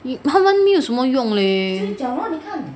有他们没有什么用 leh